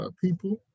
People